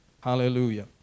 Hallelujah